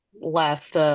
last